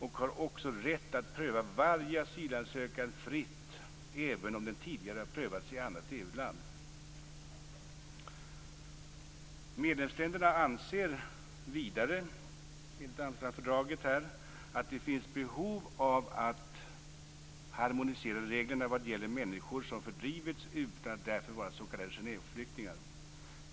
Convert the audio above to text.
De har också rätt att pröva varje asylansökan fritt, även om den tidigare har prövats i annat EU-land. Medlemsländerna anser vidare enligt Amsterdamfördraget att det finns behov av att harmonisera reglerna vad gäller människor som fördrivits utan att därför vara s.k. Genèveflyktingar.